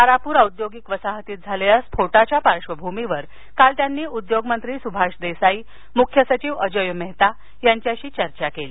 तारापूर औद्योगिक वसाहतीत झालेल्या स्फोटाच्या पार्श्वभूमीवर काल त्यांनी उद्योगमंत्री सुभाष देसाई मुख्य सचिव अजोय मेहता यांच्याशी चर्चा केली